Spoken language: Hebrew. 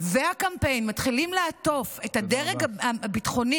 והקמפיין מתחילים לעטוף את הדרג הביטחוני